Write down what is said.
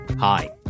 Hi